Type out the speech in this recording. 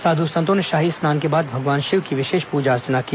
साध् संतों ने शाही स्नान के बाद भगवान शिव की विशेष प्रजा अर्चना की